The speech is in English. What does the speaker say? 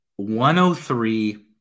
103